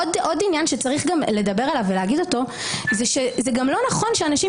עוד עניין שצריך לדבר עליו ולהגיד אותו זה שזה גם לא נכון שאנשים